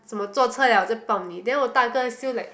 什么坐车了我才抱你 then 我大哥 still like